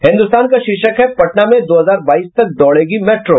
हिन्दुस्तान का शीर्षक है पटना में दो हजार बाईस तक दौड़ेगी मेट्रो